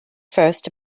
first